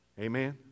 Amen